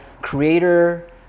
Creator